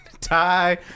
tie